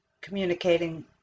communicating